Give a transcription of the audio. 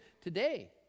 today